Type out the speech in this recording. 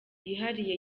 yihariye